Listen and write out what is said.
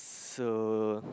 so